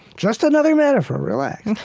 just another metaphor, relax.